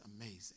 amazing